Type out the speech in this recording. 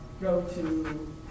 go-to